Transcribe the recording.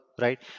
right